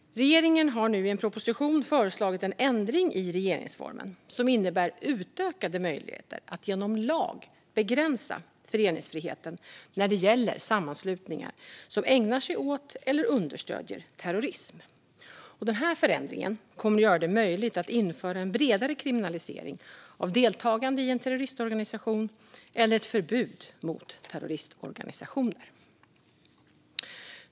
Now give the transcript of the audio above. Regeringen har nu i en proposition föreslagit en ändring i regeringsformen som innebär utökade möjligheter att genom lag begränsa föreningsfriheten när det gäller sammanslutningar som ägnar sig åt eller understöder terrorism. Denna förändring kommer att göra det möjligt att införa en bredare kriminalisering av deltagande i en terroristorganisation eller ett förbud mot terroristorganisationer.